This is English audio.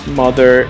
mother